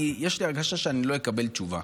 כי יש לי הרגשה שאני לא אקבל תשובה.